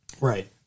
Right